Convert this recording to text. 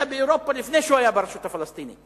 באירופה לפני שהוא היה ברשות הפלסטינית.